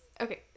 okay